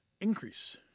increase